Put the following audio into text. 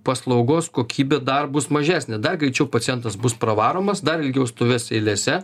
paslaugos kokybė dar bus mažesnė dar greičiau pacientas bus pravaromas dar ilgiau stovės eilėse